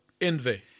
envy